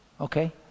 okay